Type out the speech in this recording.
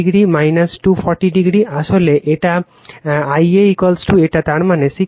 সুতরাং এটি হবে I c 681 কিন্তু আসলে কোন সন্দেহ বা কিছু থাকা উচিত নয়